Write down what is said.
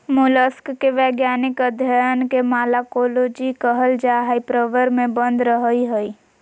mollusc के वैज्ञानिक अध्यन के मालाकोलोजी कहल जा हई, प्रवर में बंद रहअ हई